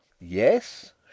Yes